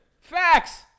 Facts